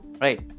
right